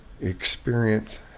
experience